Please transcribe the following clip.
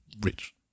rich